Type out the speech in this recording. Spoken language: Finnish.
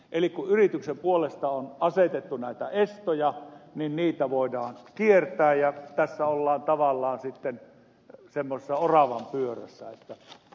eli kun yrityksen puolesta on asetettu näitä estoja niin niitä voidaan kiertää ja tässä ollaan tavallaan sitten semmoisessa oravanpyörässä